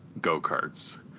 go-karts